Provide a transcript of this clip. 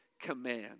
command